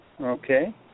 Okay